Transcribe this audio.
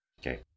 Okay